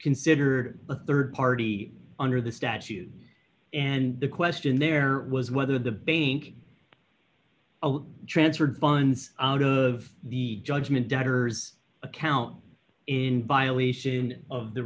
considered a rd party under the statute and the question there was whether the bank transferred funds out of the judgment debtors account in violation of the